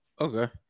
Okay